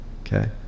Okay